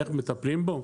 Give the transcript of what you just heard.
איך מטפלים בו?